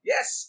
Yes